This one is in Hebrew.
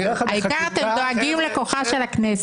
העיקר שאתם דואגים לכוחה של הכנסת...